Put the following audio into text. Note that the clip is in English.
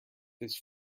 this